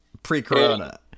pre-corona